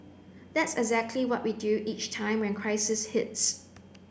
that's exactly what we do each time when crisis hits